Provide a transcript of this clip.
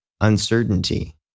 uncertainty